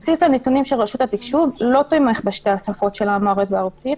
בסיס הנתונים של רשות התקשוב לא תומך בשתי השפות אמהרית ורוסית,